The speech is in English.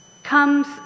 comes